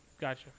Gotcha